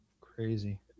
crazy